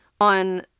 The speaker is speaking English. on